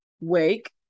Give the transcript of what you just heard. Wake